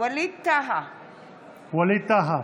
ווליד טאהא,